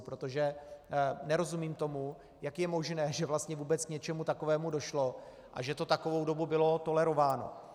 Protože nerozumím tomu, jak je možné, že vlastně vůbec k něčemu takovému došlo a že to takovou dobu bylo tolerováno.